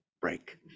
break